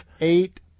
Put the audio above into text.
eight